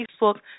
Facebook